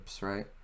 right